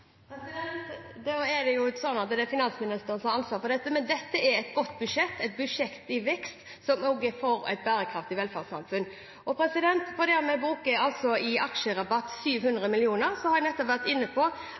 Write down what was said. er jo slik at dette er finansministerens ansvar. Men dette er et godt budsjett, et budsjett i vekst, så Norge får et bærekraftig velferdssamfunn. Selv om vi bruker 700 mill. kr til aksjerabatt, har jeg nettopp vært inne på